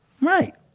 Right